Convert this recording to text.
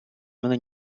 мене